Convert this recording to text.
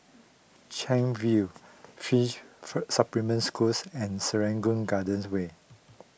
Chuan View fish for Supplementary Schools and Serangoon Gardens Way